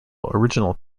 original